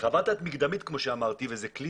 חוות דעת מקדמית כמו שאמרתי, וזה כלי